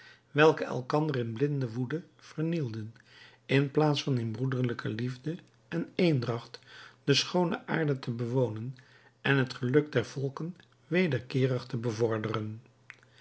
welke elkander in blinde woede vernielden in plaats van in broederlijke liefde en eendracht de schoone aarde te bewonen en het geluk der volken wederkeerig te bevorderen